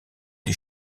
des